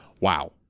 Wow